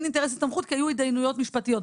אינטרס הסתמכות כי היו התדיינויות משפטיות,